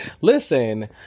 Listen